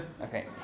Okay